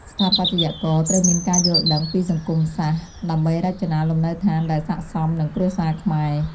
ស្ថាបត្យករត្រូវមានការយល់ដឹងពីសង្គមសាស្ត្រ ដើម្បីរចនាលំនៅដ្ឋានដែលស័ក្តិសមនឹងគ្រួសារខ្មែរ។